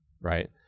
right